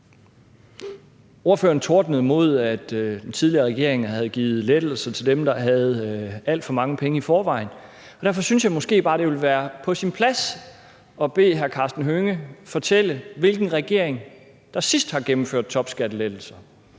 Ordføreren tordnede imod, at den tidligere regering havde givet skattelettelser til dem, der havde alt for mange penge i forvejen. Og derfor synes jeg måske bare, at det ville være på sin plads at bede hr. Karsten Hønge fortælle, hvilken regering der sidst har gennemført topskattelettelser.